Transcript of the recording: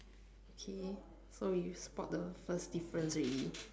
okay so we spot the first difference already